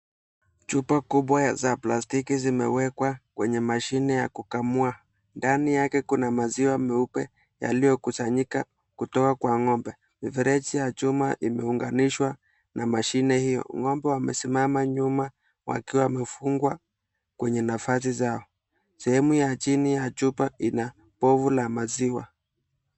Chupa kubwa za plastiki zimewekwa kwenye mashini ya kukamua. Ndani yake kuna maziwa mweupe yaliokusanyika kutoka kwa ng'ombe. Mifireji ya chuma imeunganishwa na mashini hiyo. Ng'ombe wamesimama nyuma wakiwa wamefungwa kwenye nafasi zao. Sehemu ya chini ya chupa ina boho la maziwa.